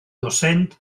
docent